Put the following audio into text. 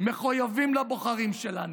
מחויבים לבוחרים שלנו,